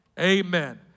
Amen